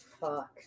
Fuck